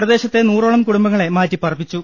പ്രദേശത്തെ നൂറോളം കുടുംബങ്ങളെ മാറ്റി പാർപ്പിച്ചു